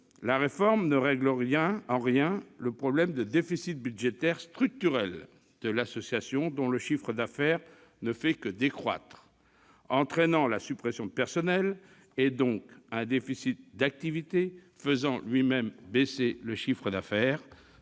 la réforme ne permet en rien de résorber le déficit budgétaire structurel de l'association, dont le chiffre d'affaires ne fait que décroître, ce qui entraîne la suppression de personnels et donc un déficit d'activité, lequel fait baisser le chiffre d'affaires,